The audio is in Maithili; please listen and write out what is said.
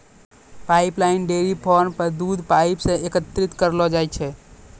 पाइपलाइन डेयरी फार्म म दूध पाइप सें एकत्रित करलो जाय छै